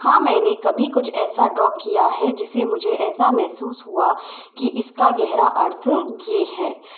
हाँ मैंने कभी कुछ ऐसा ड्रॉ किया है जिस से मुझे ऐसा महसूस हुआ कि इस का गहरा अर्थ ये है